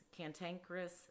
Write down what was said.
cantankerous